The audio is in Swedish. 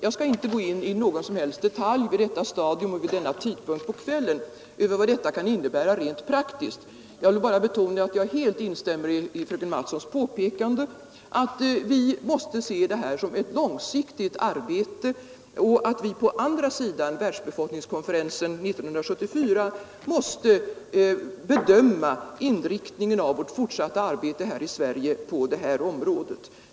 Jag skall inte på detta stadium och vid denna tidpunkt på kvällen i detalj gå in på vad detta kan innebära rent praktiskt. Jag vill bara betona att jag helt instämmer i fröken Mattsons påpekande att vi måste se det här som ett långsiktigt arbete och att vi på andra sidan världsbefolkningskonferensen 1974 måste bedöma inriktningen av vårt fortsatta arbete här i Sverige på detta område.